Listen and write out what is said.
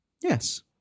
Yes